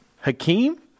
Hakeem